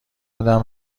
آدم